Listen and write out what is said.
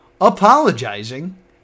apologizing